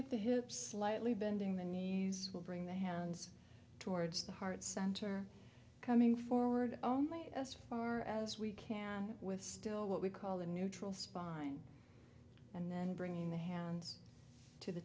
at the hips slightly bending the knees will bring the hands towards the heart center coming forward oh my as far as we can with still what we call the neutral spine and then bringing the hands to the